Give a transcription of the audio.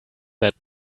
that